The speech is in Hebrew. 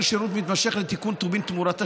שירות מתמשך לתיקון טובין תמורת תשלום.